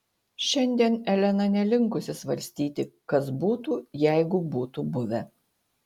šiandien elena nelinkusi svarstyti kas būtų jeigu būtų buvę